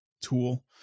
tool